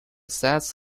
sets